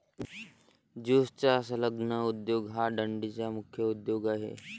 ज्यूटचा संलग्न उद्योग हा डंडीचा मुख्य उद्योग आहे